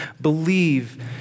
believe